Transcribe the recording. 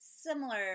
similar